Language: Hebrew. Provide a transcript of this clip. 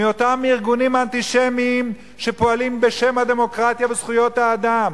מאותם ארגונים אנטישמיים שפועלים בשם הדמוקרטיה וזכויות האדם.